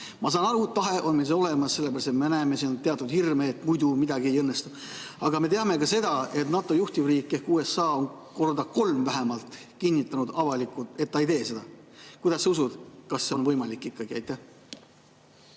Ma saan aru, et tahe on meil olemas, sellepärast et me näeme teatud hirme, et muidu midagi ei õnnestu. Aga me teame ka seda, et NATO juhtiv riik ehk USA on korda kolm vähemalt kinnitanud avalikult, et ta ei tee seda. Kuidas sa usud, kas see on võimalik ikkagi? See sõda